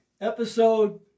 Episode